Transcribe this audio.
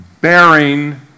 bearing